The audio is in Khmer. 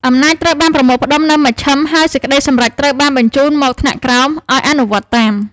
អំណាចត្រូវបានប្រមូលផ្ដុំនៅមជ្ឈិម ហើយសេចក្ដីសម្រេចត្រូវបានបញ្ជូនមកថ្នាក់ក្រោមឱ្យអនុវត្តតាម។